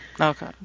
Okay